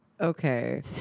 okay